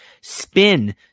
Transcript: spin